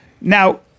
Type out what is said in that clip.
Now